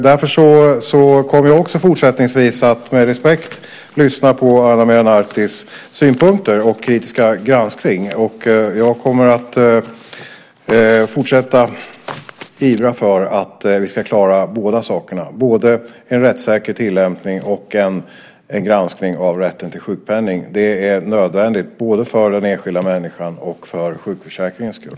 Därför kommer jag också fortsättningsvis att med respekt lyssna på Ana Maria Nartis synpunkter och kritiska granskning, och jag kommer att fortsätta ivra för att vi ska klara båda sakerna, både en rättssäker tillämpning och en granskning av rätten till sjukpenning. Det är nödvändigt, både för den enskilda människans och för sjukförsäkringens skull.